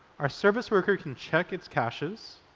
our service worker can check its caches